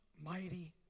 mighty